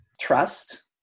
trust